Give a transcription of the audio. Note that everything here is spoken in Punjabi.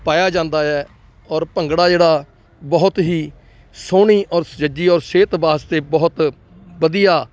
ਪਾਇਆ ਜਾਂਦਾ ਹੈ ਔਰ ਭੰਗੜਾ ਜਿਹੜਾ ਬਹੁਤ ਹੀ ਸੋਹਣੀ ਔਰ ਸੁਚੱਜੀ ਔਰ ਸਿਹਤ ਵਾਸਤੇ ਬਹੁਤ ਵਧੀਆ